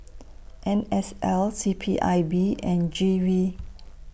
N S L C P I B and G V